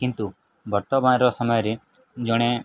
କିନ୍ତୁ ବର୍ତ୍ତମାନର ସମୟରେ ଜଣେ